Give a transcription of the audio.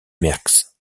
merckx